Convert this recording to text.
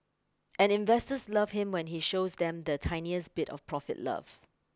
and investors love him when he shows them the tiniest bit of profit love